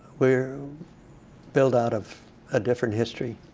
we're built out of a different history.